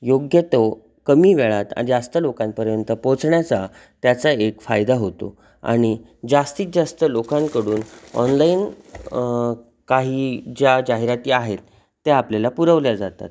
योग्य तो कमी वेळात आणि जास्त लोकांपर्यंत पोचण्याचा त्याचा एक फायदा होतो आणि जास्तीत जास्त लोकांकडून ऑनलाईन काही ज्या जाहिराती आहेत त्या आपल्याला पुरवल्या जातात